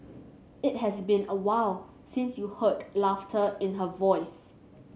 it has been awhile since you heard laughter in her voice